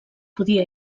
podia